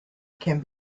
can